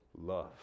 love